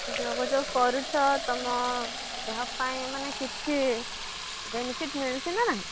ଯୋଗ ଯୋଉ କରୁଛ ତୁମ ଦେହ ପାଇଁ ମାନେ କିଛି ବେନିଫିଟ୍ ମିଳୁଛି ନା ନାହିଁ